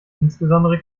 insbesondere